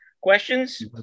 Questions